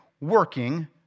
working